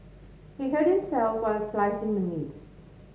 he hurt himself while slicing the meat